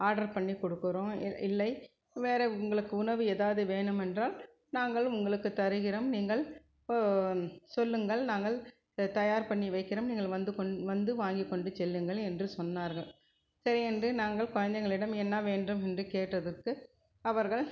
order பண்ணி கொடுக்குறோம் இல்லை வேறே உங்களுக்கு உணவு எதாவது வேணுமென்றால் நாங்கள் உங்களுக்கு தருகிறோம் நீங்கள் சொல்லுங்கள் நாங்கள் தயார் பண்ணி வைக்கிறோம் நீங்கள் வந்து கொண்டு வந்து வாங்கிக்கொண்டு செல்லுங்கள் என்று சொன்னார்கள் சரி என்று நாங்கள் குழந்தைகளிடம் என்ன வேண்டும் என்று கேட்டதற்கு அவர்கள்